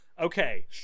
Okay